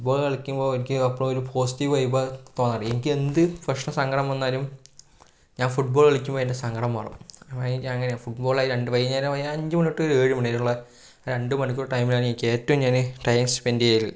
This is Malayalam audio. ഫുട്ബോളു കളിക്കുമ്പോൾ എനിക്ക് എപ്പോൾ ഒരു പോസിറ്റീവ് വൈബാ തോന്നാറ് എനിക്ക് എന്ത് പ്രശ്നം സങ്കടം വന്നാലും ഞാൻ ഫുട്ബോളു കളിക്കുമ്പം എൻ്റെ സങ്കടം മറക്കും എനിക്കങ്ങനെയാ ഫുട്ബോള് വൈകുന്നേരം അഞ്ച് മണി തൊട്ട് ഏഴു മണി വരെയുള്ള രണ്ട് മണിക്കൂർ ടൈമിലാണ് എനിക്കേറ്റവും ഞാൻ ടൈമ് സ്പെൻഡ് ചെയ്യല്